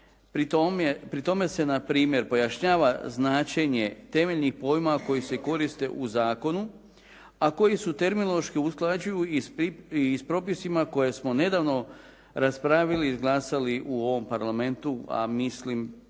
Pri tome se na primjer pojašnjava značenje temeljnih pojmova koji se koriste u zakonu a koji se terminološki usklađuju i s propisima koje smo nedavno raspravili i izglasali u ovom parlamentu a mislim